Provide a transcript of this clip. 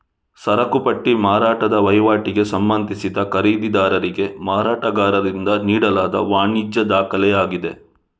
ಸರಕು ಪಟ್ಟಿ ಮಾರಾಟದ ವಹಿವಾಟಿಗೆ ಸಂಬಂಧಿಸಿದ ಖರೀದಿದಾರರಿಗೆ ಮಾರಾಟಗಾರರಿಂದ ನೀಡಲಾದ ವಾಣಿಜ್ಯ ದಾಖಲೆಯಾಗಿದೆ